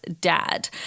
Dad